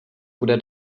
bude